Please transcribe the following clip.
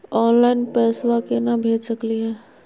Online पैसवा केना भेज सकली हे?